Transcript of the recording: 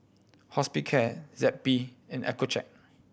Hospicare Zappy and Accucheck